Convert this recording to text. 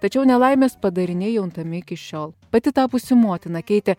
tačiau nelaimės padariniai juntami iki šiol pati tapusi motina keitė